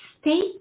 Stay